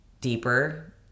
deeper